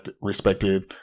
respected